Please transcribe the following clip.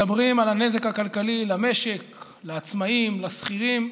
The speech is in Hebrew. מדברים על הנזק הכלכלי למשק, לעצמאים, לשכירים.